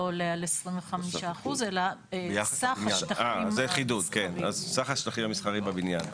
עולה על 25% אלא סך השטחים המסחריים בבניין.